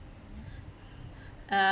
uh~